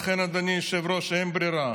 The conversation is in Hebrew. לכן, אדוני היושב-ראש, אין ברירה.